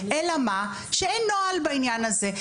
אלה מה שאין נוהל בעניין הזה,